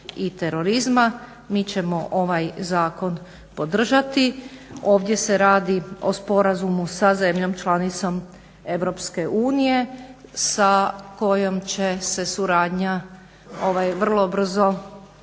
i terorizma, mi ćemo ovaj zakon podržati. Ovdje se radi o sporazumu sa zemljom članicom Europske unije sa kojom će se suradnja vrlo brzo